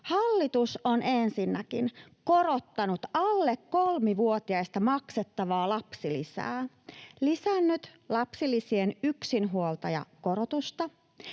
Hallitus on ensinnäkin korottanut alle kolmevuotiaista maksettavaa lapsilisää, lisännyt lapsilisien yksinhuoltajakorotusta,